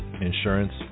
insurance